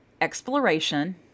Exploration